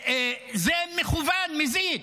זה מכוון, במזיד.